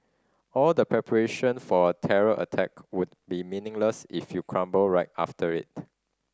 all the preparation for a terror attack would be meaningless if you crumble right after it